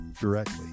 directly